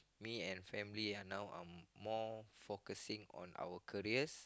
me and family are now uh more focusing on our careers